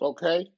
Okay